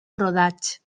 brodats